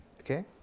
Okay